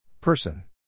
Person